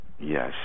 Yes